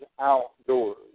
outdoors